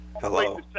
Hello